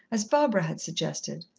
as barbara had suggested.